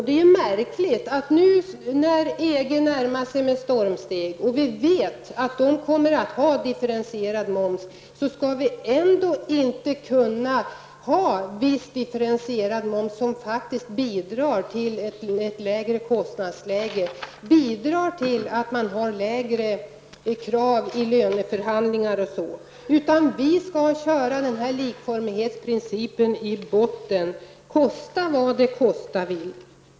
Det är märkligt att det nu när Sverige närmar sig EG med stormsteg och när man vet att EG-länderna kommer att tillämpa differentierad moms ändå inte går att införa differentierad moms som faktiskt bidrar till en lägre kostnadsnivå. Differentierad moms bidrar också till att kraven vid löneförhandlingar blir lägre. Nej, Sverige skall köra likformighetsprincipen i botten, kosta vad det kosta vill.